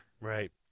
Right